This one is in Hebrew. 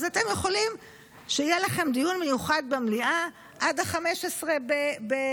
אז אתם יכולים שיהיה לכם דיון מיוחד במליאה עד 15 בדצמבר.